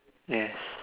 yes